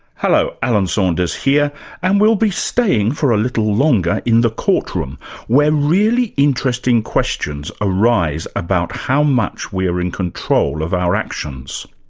hello, alan saunders here and we'll be staying for a little longer in the court room, where really interesting questions arise about how much we are in control of our actions.